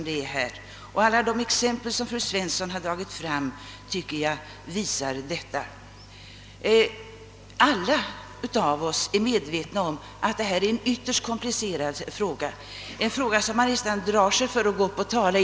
Det framgår också av de exempel som fru Svensson här givit OSS. Vi är alla medvetna om att detta är en ytterst svår och komplicerad fråga, en fråga där man nästan drar sig för att gå upp och tala.